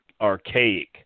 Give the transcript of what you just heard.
archaic